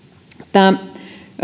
tämä